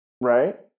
Right